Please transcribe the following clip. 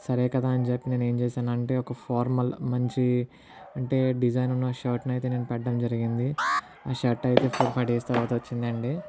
సరే కదా అని చెప్పి నేను ఏం చేశాను అంటే ఒక ఫార్మల్ మంచి అంటే డిజైన్ ఉన్న షర్ట్ నైతే నేను పెట్టడం జరిగింది ఆ షర్ట్ అయితే ఫోర్ ఫైవ్ డేస్ తర్వాత వచ్చిందండి